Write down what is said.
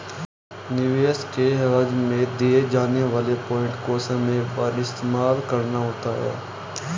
निवेश के एवज में दिए जाने वाले पॉइंट को समय पर इस्तेमाल करना होता है